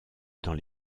dans